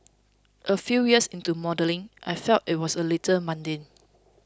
a few years into modelling I felt that it was a little mundane